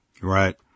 Right